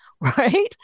right